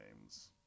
names